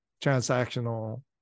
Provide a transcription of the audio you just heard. transactional